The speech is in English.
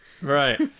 Right